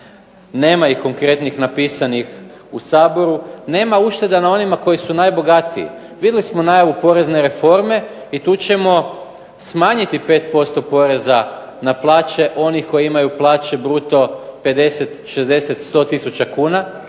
Nema ih konkretnih napisanih u Saboru, nema ušteda na onima koji su najbogatiji. Vidjeli smo najavu porezne reforme i tu ćemo smanjiti 5% poreza na plaće onih koji imaju plaće bruto 50, 60, 100 tisuća kuna.